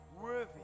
worthy